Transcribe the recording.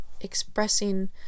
expressing